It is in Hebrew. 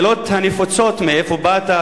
השאלות הנפוצות: מאיפה באת?